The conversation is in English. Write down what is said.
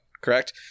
correct